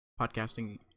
podcasting